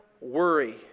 worry